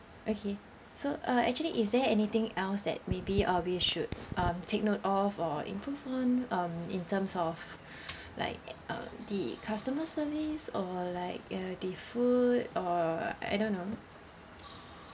okay so uh actually is there anything else that maybe uh we should um take note of or improve on um in terms of like um the customer service or like uh the food or I don't know